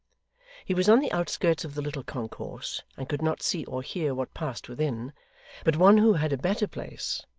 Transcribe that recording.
he was on the outskirts of the little concourse, and could not see or hear what passed within but one who had a better place,